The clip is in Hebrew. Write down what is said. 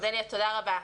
תודה רבה.